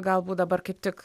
galbūt dabar kaip tik